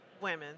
women